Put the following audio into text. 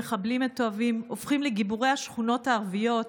ומחבלים מתועבים הופכים לגיבורי השכונות הערביות.